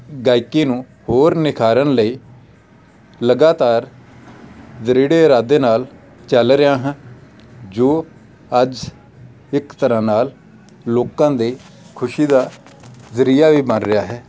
ਗਾਇਕੀ ਨੂੰ ਹੋਰ ਨਿਖਾਰਨ ਲਈ ਲਗਾਤਾਰ ਦ੍ਰਿੜੇ ਇਰਾਦੇ ਨਾਲ ਚੱਲ ਰਿਹਾ ਹਾਂ ਜੋ ਅੱਜ ਇੱਕ ਤਰ੍ਹਾਂ ਨਾਲ ਲੋਕਾਂ ਦੇ ਖੁਸ਼ੀ ਦਾ ਜ਼ਰੀਆ ਵੀ ਬਣ ਰਿਹਾ ਹੈ